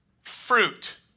fruit